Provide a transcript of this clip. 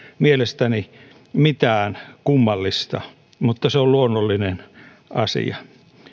mielestäni mitään kummallista se on luonnollinen asia